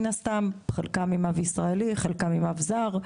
חלקן עם אב ישראלי וחלקן עם אב זר,